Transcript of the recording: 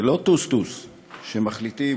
זה לא טוסטוס שמחליטים,